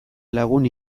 lagun